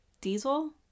Diesel